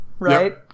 Right